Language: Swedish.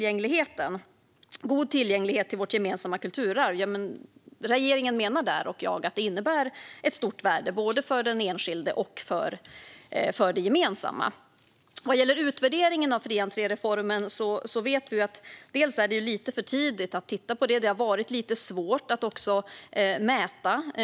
God tillgänglighet till vårt gemensamma kulturarv menar regeringen och jag innebär ett stort värde både för den enskilde och för det gemensamma. Vad gäller utvärderingen av fri-entré-reformen vet vi att det är lite för tidigt att titta på det. Det har varit lite svårt att mäta.